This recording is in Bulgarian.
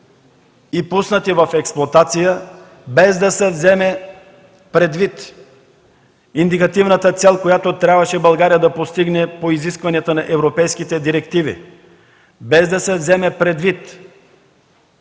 и пуснати в експлоатация, без да се вземе предвид индикативната цел, която България трябваше да постигне по изискванията на европейските директиви, без да се вземе предвид,